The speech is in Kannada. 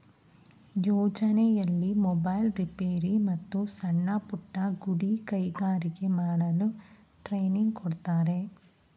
ಯೋಜನೆಯಲ್ಲಿ ಮೊಬೈಲ್ ರಿಪೇರಿ, ಮತ್ತು ಸಣ್ಣಪುಟ್ಟ ಗುಡಿ ಕೈಗಾರಿಕೆ ಮಾಡಲು ಟ್ರೈನಿಂಗ್ ಕೊಡ್ತಾರೆ